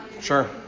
Sure